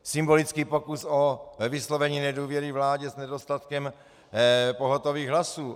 Symbolický pokus o vyslovení nedůvěry vládě s nedostatkem pohotových hlasů.